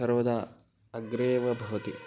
सर्वदा अग्रेव भवति